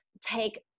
take